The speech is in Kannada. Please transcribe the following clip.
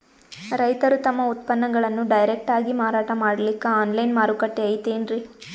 ರೈತರು ತಮ್ಮ ಉತ್ಪನ್ನಗಳನ್ನು ಡೈರೆಕ್ಟ್ ಆಗಿ ಮಾರಾಟ ಮಾಡಲಿಕ್ಕ ಆನ್ಲೈನ್ ಮಾರುಕಟ್ಟೆ ಐತೇನ್ರೀ?